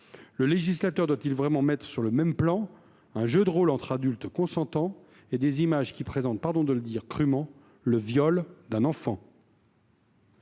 Le législateur doit il vraiment mettre sur le même plan un jeu de rôles entre adultes consentants et des images qui représentent – pardon de le dire crûment – le viol d’un enfant ?